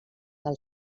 del